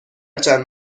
چند